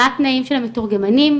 מה התנאים של המתורגמנים,